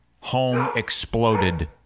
home-exploded